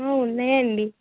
ఉన్నాయండి